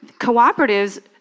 Cooperatives